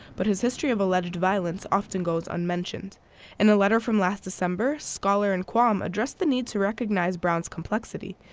but his history of alleged violence often goes unmentioned in a letter from last december skaller and quam address the need to recognize his complexity.